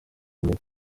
imbere